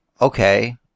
Okay